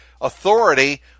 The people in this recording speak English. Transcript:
authority